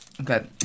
Okay